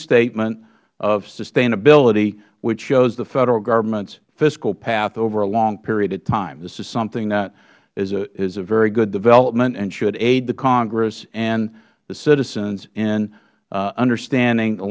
statement of sustainability which shows the federal government's fiscal path over a long period of time this is something that is a very good development and should aid the congress and the citizens in understanding a